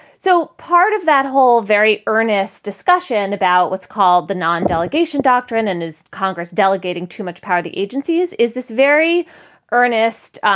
so part of that whole very earnest discussion about what's called the non delegation doctrine. and is congress delegating too much power? the agency is is this very earnest